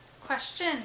Question